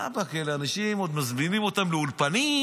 רבאק, אלה אנשים שעוד מזמינים אותם לאולפנים,